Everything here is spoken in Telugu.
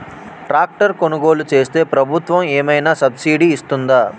ట్రాక్టర్ కొనుగోలు చేస్తే ప్రభుత్వం ఏమైనా సబ్సిడీ ఇస్తుందా?